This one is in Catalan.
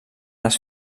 les